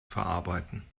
verarbeiten